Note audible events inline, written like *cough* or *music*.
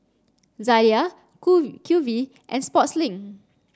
Zalia *unintelligible* Q V and Sportslink